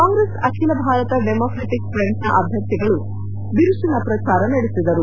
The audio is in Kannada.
ಕಾಂಗ್ರೆಸ್ ಅಖಿಲ ಭಾರತ ಡೆಮಾಕ್ರಟಕ್ ಫ್ರಂಟ್ನ ಅಭ್ಯರ್ಥಿಗಳು ಬಿರುಸಿನ ಪ್ರಚಾರ ನಡೆಸಿದರು